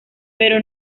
pero